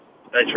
Thanks